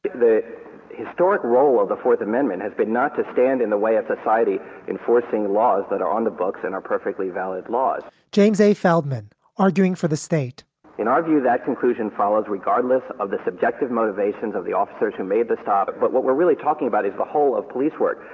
the historic role of the fourth amendment has been not to stand in the way of society enforcing laws that are on the books and are perfectly valid laws james a. feldman arguing for the state in our that conclusion follows regardless of the subjective motivations of the officers who made the stop. but what we're really talking about is the whole of police work.